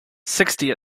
sixty